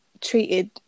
treated